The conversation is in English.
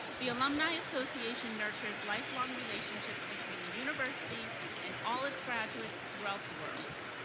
the alumni association nurtures lifelong relationships between the university and all its graduates throughout the world.